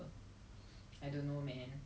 so far like okay we work a bit but